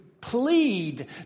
plead